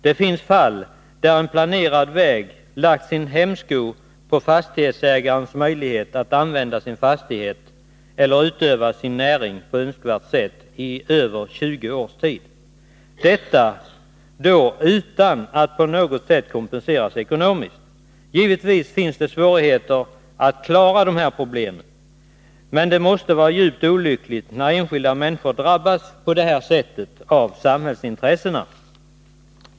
Det finns fall där en planerad väg har lagt sin hämsko på fastighetsägares möjlighet att använda sin fastighet eller att utöva sin näring på önskvärt sett i över 20 års tid — detta utan att på något sätt kompensation utgått till fastighetsägaren ekonomiskt. Givetvis finns det svårigheter att klara de här problemen. Men det måste vara djupt olyckligt när enskilda människor drabbas på det här sättet av samhällsintressena.